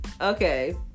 Okay